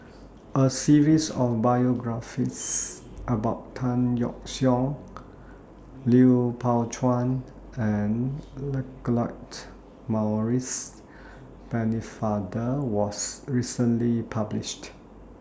A series of biographies about Tan Yeok Seong Lui Pao Chuen and Maurice Pennefather was recently published